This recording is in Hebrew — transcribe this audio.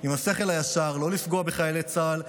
עם השכל הישר לא לפגוע בחיילי צה"ל,